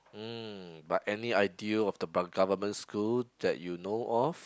mm but any idea of the government school that you know of